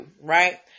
right